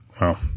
Wow